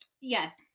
yes